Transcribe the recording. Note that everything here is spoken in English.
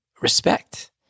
respect